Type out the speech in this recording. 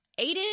Aiden